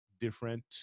different